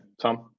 Tom